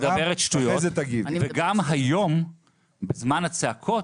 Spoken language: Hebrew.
את מדברת שטויות, וגם היום בזמן הצעקות,